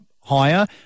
higher